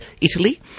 Italy